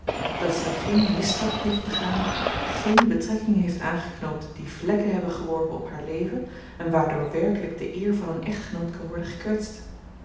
dat zij geen misstap heeft begaan geene betrekkingen heeft aangeknoopt die vlekken hebben geworpen op haar leven en waardoor werkelijk de eer van een echtgenoot kan worden gekwetst